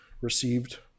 received